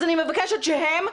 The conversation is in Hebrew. אז אני מבקשת שהם,